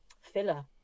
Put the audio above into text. filler